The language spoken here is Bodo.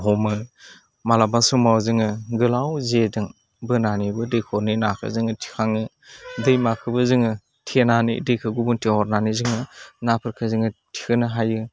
हमो माब्लाबा समाव जोङो गोलाव जेजों बोनानैबो हाख'रनि नाखौ जोङो थिखाङो दैमाखौबो जोङो थेनानै दैखो गुबुनथिङाव हरनानै जोङो नाफोरखो जोङो थिखांनो हायो